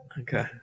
Okay